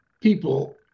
people